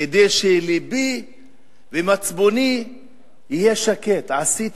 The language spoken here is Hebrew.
כדי שלבי ומצפוני יהיו שקטים שעשיתי